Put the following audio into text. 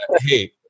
hey